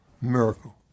miracle